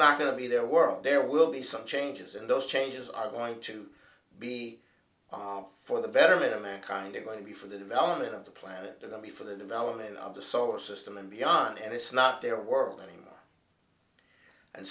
not going to be their world there will be some changes and those changes are going to be for the betterment of mankind are going to be for the development of the planet of the me for the development of the solar system and beyond and it's not their world anymore and